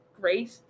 great